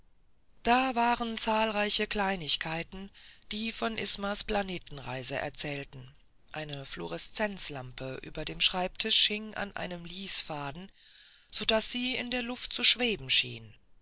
da waren zahlreiche kleinigkeiten die von ismas planetenreise erzählten eine fluoreszenzlampe über dem schreibtisch hing an einem lisfaden so daß sie in der luft zu schweben schien